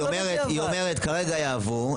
היא אומרת שכרגע יעבור,